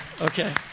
Okay